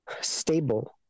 stable